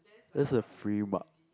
that's a free mark